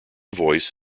voice